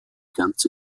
ganze